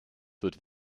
wird